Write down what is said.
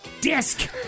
disc